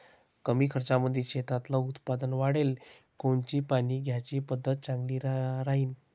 कमी खर्चामंदी शेतातलं उत्पादन वाढाले कोनची पानी द्याची पद्धत चांगली राहीन?